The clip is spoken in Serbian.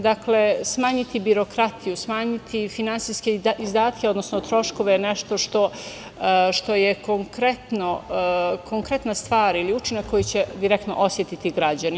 Dakle, smanjiti birokratiju, smanjiti finansijske izdatke, odnosno troškove je nešto što je konkretna stvar ili učinak koji će direktno osetiti građani.